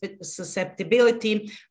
susceptibility